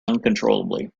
uncontrollably